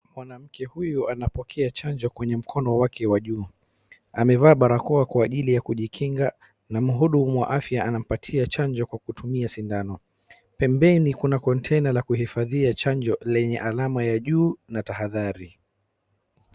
Mwanamke huyu anapokea chanjo kwenye mkono wake wajuu. Amevaa barakoa kwa ajili ya kujikinga. Na mhudumu wa anampatia chanjo kwa kutumia sindano. pembeni kuna container la kuhifadhia chanjo lenye alama ya juu na tahadhari.